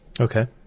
Okay